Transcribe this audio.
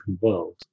world